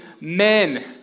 men